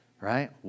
Right